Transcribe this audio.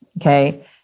Okay